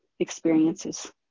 Experiences